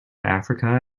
africa